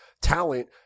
talent